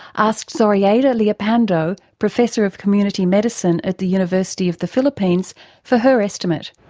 asked zorayda leopando, professor of community medicine at the university of the philippines for her estimate.